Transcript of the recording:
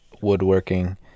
woodworking